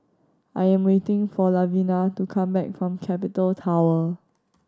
I am waiting for Lavina to come back from Capital Tower